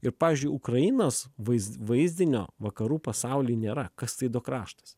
ir pavyzdžiui ukrainos vaiz vaizdinio vakarų pasauly nėra kas tai do kraštas